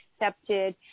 accepted